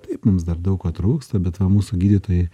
taip mums dar daug ko trūksta bet va mūsų gydytojai